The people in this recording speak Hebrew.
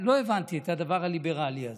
לא הבנתי את הדבר הליברלי הזה.